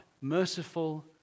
merciful